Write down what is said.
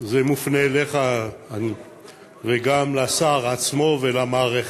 זה מופנה אליך וגם לשר עצמו ולמערכת.